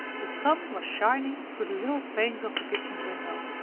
the sun was shining through the little panes of the kitchen window,